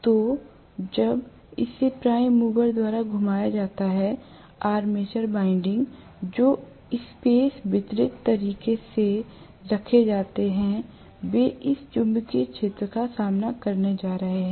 तो जब इसे प्राइम मूवर द्वारा घुमाया जाता है आर्मेचर वाइंडिंग जो स्पेस वितरित तरीके से रखे जाते हैं वे इस चुंबकीय क्षेत्र का सामना करने जा रहे हैं